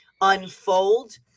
unfold